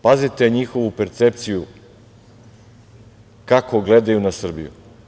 Pazite, njihovu percepciju, kako gledaju na Srbiju.